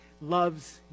loves